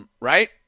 Right